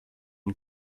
une